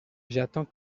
j’attends